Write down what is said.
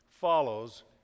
follows